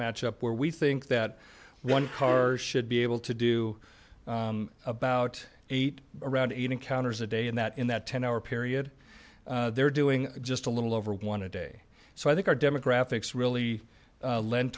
match up where we think that one car should be able to do about eight around eight encounters a day and that in that ten hour period they're doing just a little over one a day so i think our demographics really lend